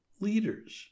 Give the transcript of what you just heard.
leaders